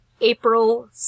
April